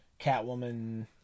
Catwoman